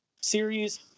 series